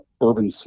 urban